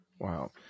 Wow